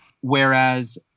Whereas